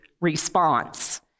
response